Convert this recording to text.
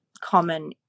common